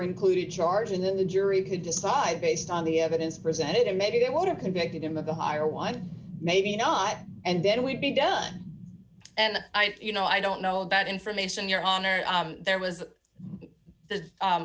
included charge and then the jury could decide based on the evidence presented and maybe they would have convicted him of the higher one maybe not and then we'd be done and you know i don't know about information your honor there was th